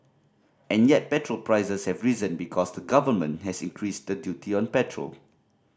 and yet petrol prices have risen because the Government has increased the duty on petrol